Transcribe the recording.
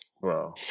Bro